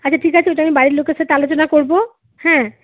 আচ্ছা ঠিক আছে ওইটা আমি বাড়ির লোকের সাথে আলোচনা করবো হ্যাঁ